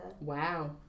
Wow